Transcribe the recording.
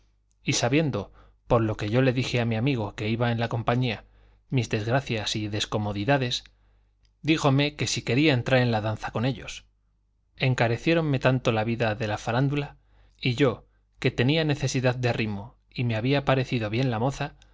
y sabiendo por lo que yo le dije a mi amigo que iba en la compañía mis desgracias y descomodidades díjome que si quería entrar en la danza con ellos encareciéronme tanto la vida de la farándula y yo que tenía necesidad de arrimo y me había parecido bien la moza